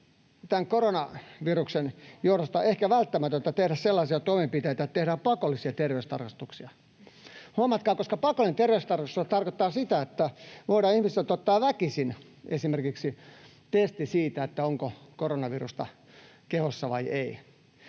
tämän koronaviruksen johdosta ehkä välttämätöntä tehdä sellaisia toimenpiteitä, että tehdään pakollisia terveystarkastuksia — huomatkaa — koska pakollinen terveystarkastus tarkoittaa sitä, että ihmisiltä voidaan ottaa väkisin esimerkiksi testi siitä, onko koronavirusta kehossa vai ei.